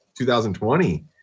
2020